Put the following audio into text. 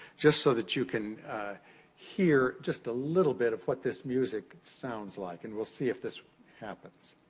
just so that you can hear just a little bit of what this music sounds like. and we'll see if this happens.